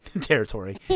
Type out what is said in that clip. Territory